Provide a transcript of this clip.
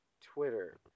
Twitter